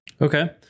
Okay